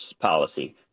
policy